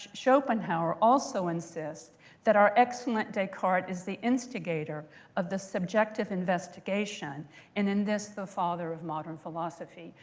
schopenhauer also insists that our excellent descartes is the instigator of the subjective investigation and in this the father of modern philosophy.